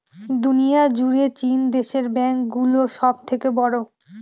দুনিয়া জুড়ে চীন দেশের ব্যাঙ্ক গুলো সব থেকে বড়ো